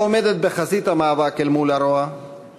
העומדת בחזית המאבק אל מול הרוע,